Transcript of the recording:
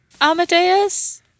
Amadeus